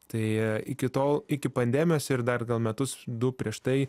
tai iki tol iki pandemijos ir dar gal metus du prieš tai